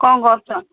କଁ କରୁଛ